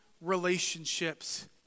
relationships